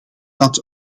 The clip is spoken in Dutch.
dat